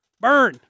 Burn